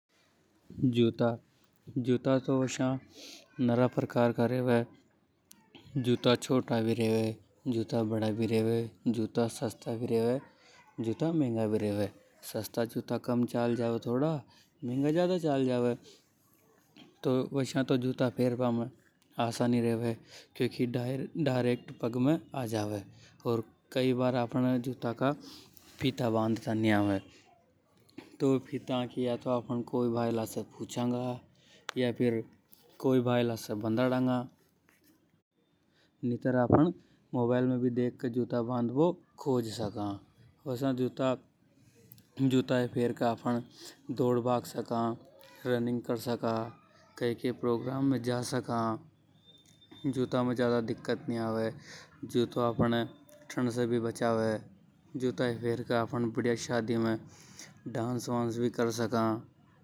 जूता, जूता तो नरा प्रकार से रेवे, जूता छोटा भी रेवे। जूता बड़ा भी रेवे जूता महंगा भी रेवे जूता सस्ता भी रेवे। सस्ता जूता कम चाल जावे, मेंगा जूता ज्यादा चाल जावे । अर काई बार अपहाने जूता का फीता बांधता नि आवे। तो वे फीता कोई भायला से पूंछा गा या कोई भाईला से बंधाडांगा। नितार आफ़न मोबाइल में भी खोज सका। जूता ये फेर के आफ़न दौड़, भाग, रनिंग कर सका। कई भी प्रोग्राम में जा सका, जूता म ज्यादा दिक्कत नि आवे। आफ़न शादी में डांस वांस भी कर सका।